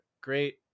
great